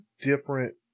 different